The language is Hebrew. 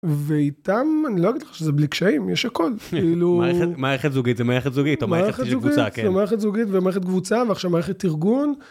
ואיתם אני לא אגיד לך שזה בלי קשיים יש הכל. מערכת זוגית זה מערכת זוגית או מערכת קבוצה. זה מערכת זוגית ומערכת קבוצה ועכשיו מערכת ארגון.